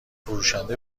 فروشنده